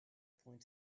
point